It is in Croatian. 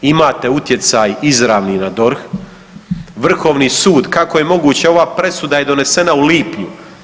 Imate utjecaj izravni na DORH, Vrhovni sud, kako je moguće, ova presuda je donesena u lipnju.